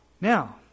Now